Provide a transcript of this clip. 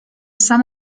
some